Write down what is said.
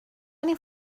این